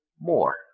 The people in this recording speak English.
more